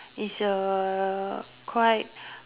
is a quite